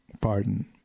pardon